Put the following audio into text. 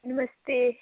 नमस्ते